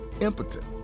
impotent